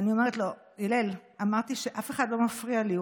ואני אומרת לו: הלל, אמרתי שאף אחד לא מפריע לי.